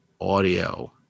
audio